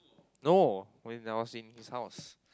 no when I was in his house